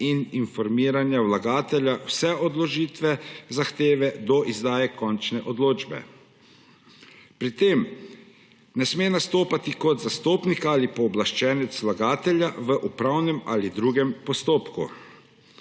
in informiranja vlagatelja, vse od vložitve zahteve do izdaje končne odločbe. Pri tem ne sme nastopati kot zastopnik ali pooblaščenec vlagatelja v upravnem ali drugem postopku.